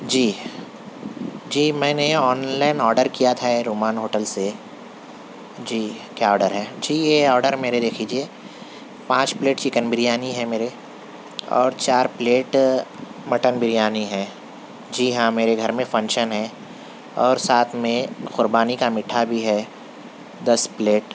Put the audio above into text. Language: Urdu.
جی جی میں نے آن لائن آڈر کیا تھا یہ رومان ہوٹل سے جی کیا آڈر ہے جی یہ آڈر میرے لئے کیجئے پانچ پلیٹ چکن بریانی ہے میرے اور چار پلیٹ مٹن بریانی ہے جی ہاں میرے گھر میں فنشن ہے اور ساتھ میں قربانی کا میٹھا بھی ہے دس پلیٹ